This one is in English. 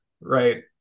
right